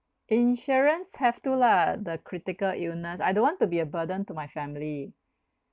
insurance have to lah the critical illness I don't want to be a burden to my family